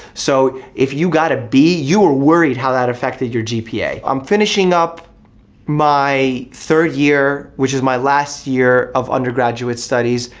so if you got a b, you were worried how that affected your gpa. i'm finishing up my third year, which is my last year of undergraduate studies,